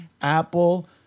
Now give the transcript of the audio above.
Apple